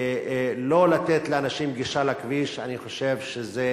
לא לתת לאנשים גישה לכביש, אני חושב שזה